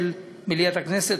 של מליאת הכנסת.